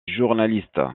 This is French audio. journaliste